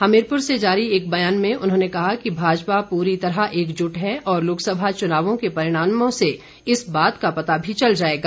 हमीरपुर से जारी एक बयान में उन्होंने कहा कि भाजपा पूरी तरह एकजुट है और लोकसभा चुनावों के परिणामों से इस बात का पता भी चल जाएगा